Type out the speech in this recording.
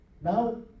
Now